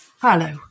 Hello